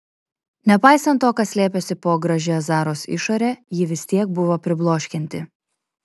nepaisant to kas slėpėsi po gražia zaros išore ji vis tiek buvo pribloškianti